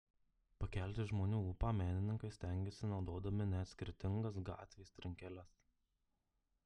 pakelti žmonių ūpą menininkai stengiasi naudodami net skirtingas gatvės trinkeles